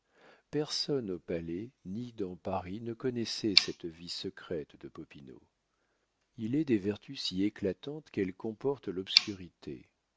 personne au palais ni dans paris ne connaissait cette vie secrète de popinot il est des vertus si éclatantes qu'elles comportent l'obscurité